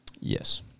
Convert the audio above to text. Yes